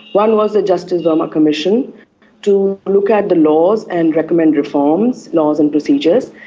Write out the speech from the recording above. one was the justice verma commission to look at the laws and recommend reforms, laws and procedures.